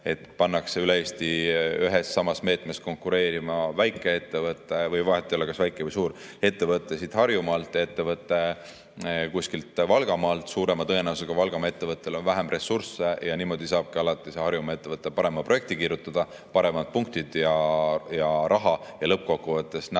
et pannakse üle Eesti ühes ja samas meetmes konkureerima väikeettevõte, või vahet ei ole, kas väike või suur ettevõte siit Harjumaalt ja ettevõte kuskilt Valgamaalt. Suurema tõenäosusega Valgamaa ettevõttel on vähem ressursse ja niimoodi saabki see Harjumaa ettevõte alati parema projekti kirjutada, paremad punktid ja raha. Lõppkokkuvõttes nähtamatult